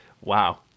Wow